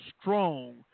Strong